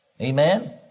Amen